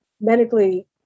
medically